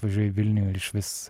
važiuoji į vilnių ir išvis